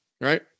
right